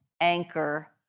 anchor